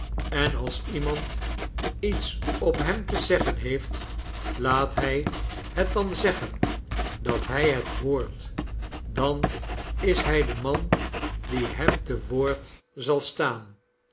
en als iemand iets op hem te zeggen heeft laat hij het dan zeggen dat hij het boort dan is hij de man die hem te woord zal staan